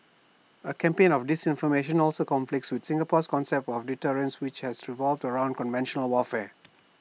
A campaign of disinformation also conflicts with Singapore's concept of deterrence which has revolved around conventional warfare